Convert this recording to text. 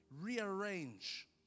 rearrange